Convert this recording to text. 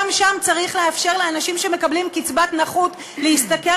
גם שם צריך לאפשר לאנשים שמקבלים קצבת נכות להשתכר